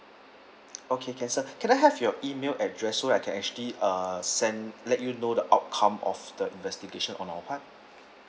okay can sir can I have your email address so I can actually uh send let you know the outcome of the investigation on our part